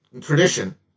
tradition